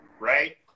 right